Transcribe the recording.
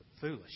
foolish